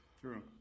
true